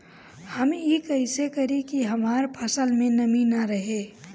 हम ई कइसे करी की हमार फसल में नमी ना रहे?